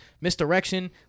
misdirection